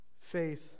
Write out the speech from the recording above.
faith